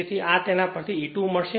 તેથી તેના પરથી E2 મળશે